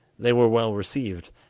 they were well received,